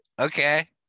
Okay